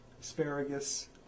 asparagus